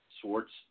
Swartz